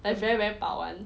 like very very 薄 [one]